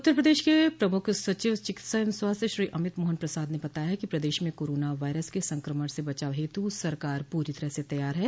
उत्तर प्रदेश के प्रमुख सचिव चिकित्सा एवं स्वास्थ्य श्री अमित मोहन प्रसाद ने बताया कि प्रदेश में कोरोना वायरस के संक्रमण से बचाव हेतु सरकार पूरी तरह से तयार है